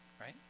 right